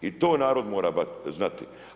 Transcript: I to narod mora znati.